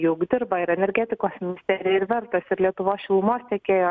juk dirba ir energetikos ministerija ir verslas ir lietuvos šilumos tiekėjo